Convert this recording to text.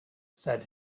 said